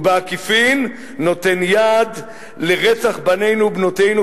ובעקיפין נותן יד לרצח בנינו ובנותינו,